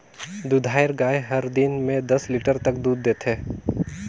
दूधाएर गाय हर दिन में दस लीटर तक दूद देथे